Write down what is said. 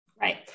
Right